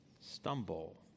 Stumble